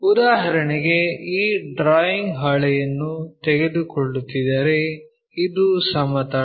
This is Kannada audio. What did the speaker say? ಉದಾಹರಣೆಗೆ ಈ ಡ್ರಾಯಿಂಗ್ ಹಾಳೆಯನ್ನು ತೆಗೆದುಕೊಳ್ಳುತ್ತಿದ್ದರೆ ಇದು ಸಮತಲ